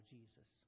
Jesus